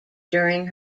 during